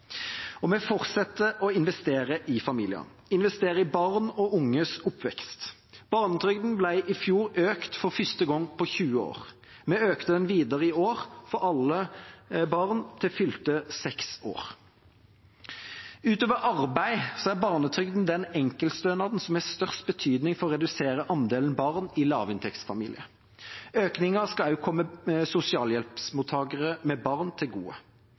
Vi fortsetter å investere i familiene, investere i barn og unges oppvekst. Barnetrygden ble i fjor økt for første gang på 20 år. Vi økte den videre i år for alle barn til fylte 6 år. Utover arbeid er barnetrygden den enkeltstønaden som har størst betydning for å redusere andelen barn i lavinntektsfamilier. Økningen skal også komme sosialhjelpsmottagere med barn til gode.